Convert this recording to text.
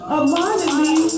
abundantly